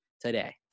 today